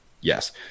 Yes